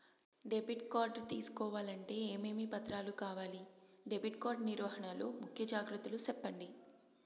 Debit card తీసుకోవాలంటే ఏమేమి పత్రాలు కావాలి? డెబిట్ కార్డు నిర్వహణ లో ముఖ్య జాగ్రత్తలు సెప్పండి?